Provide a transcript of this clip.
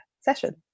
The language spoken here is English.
session